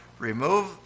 Remove